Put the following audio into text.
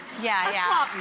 yeah yeah.